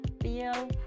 feel